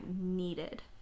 needed